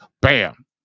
Bam